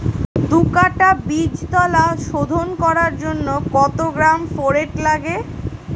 দু কাটা বীজতলা শোধন করার জন্য কত গ্রাম ফোরেট লাগে?